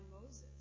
Moses